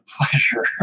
pleasure